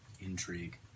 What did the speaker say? intrigue